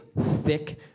thick